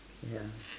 ya